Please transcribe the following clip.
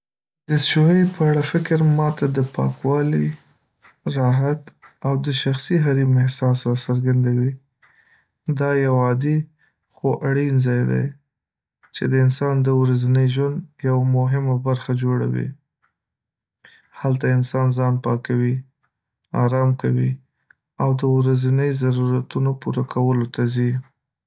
دستشویۍپه اړه فکر کول ماته د پاکوالي، راحت او د شخصي حریم احساس را څرګندوي. دا یو عادي، خو اړین ځای دی چې د انسان د ورځني ژوند یوه مهمه برخه جوړوي. هلته انسان ځان پاکوي، ارام کوي، او د ورځني ضرورتونو پوره‌کولو ته ځي.